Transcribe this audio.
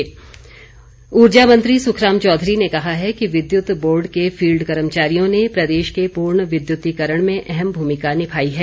ऊर्जा मंत्री ऊर्जा मंत्री सुखराम चौधरी ने कहा है कि विद्युत बोर्ड के फील्ड कर्मचारियों ने प्रदेश के पूर्ण विद्युतीकरण में अहम भूमिका निभाई है